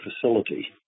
facility